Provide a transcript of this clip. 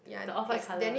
the off white colour